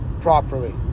properly